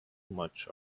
much